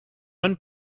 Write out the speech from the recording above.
one